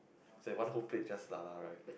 is like one whole plate it's just lala right